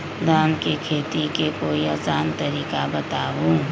धान के खेती के कोई आसान तरिका बताउ?